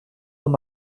dans